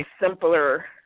simpler